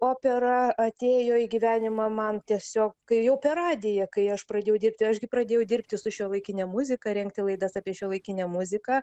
opera atėjo į gyvenimą man tiesiog kai jau per radiją kai aš pradėjau dirbti aš gi pradėjau dirbti su šiuolaikine muzika rengti laidas apie šiuolaikinę muziką